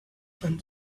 sun